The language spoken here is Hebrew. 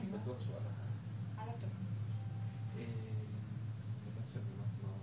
עכשיו, איפה הבעיה?